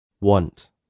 Want